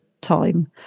time